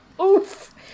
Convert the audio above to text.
oof